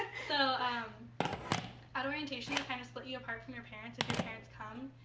so um at orientation they kind of split you apart from your parents if your parents come.